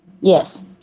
Yes